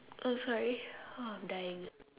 I'm sorry ah I'm dying